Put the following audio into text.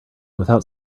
without